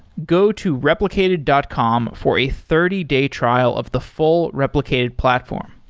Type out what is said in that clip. go to replicated dot com for a thirty day trial of the full replicated platform.